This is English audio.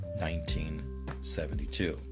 1972